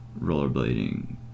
rollerblading